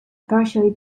partially